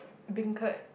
beancurd